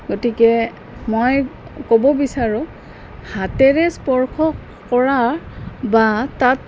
গতিকে মই ক'ব বিচাৰোঁ হাতেৰে স্পৰ্শ কৰা বা তাত